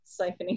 siphoning